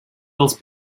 dels